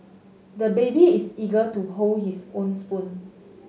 the baby is eager to hold his own spoon